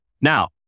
Now